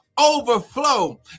overflow